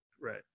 Right